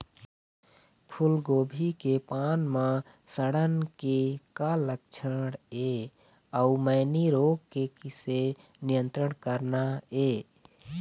फूलगोभी के पान म सड़न के का लक्षण ये अऊ मैनी रोग के किसे नियंत्रण करना ये?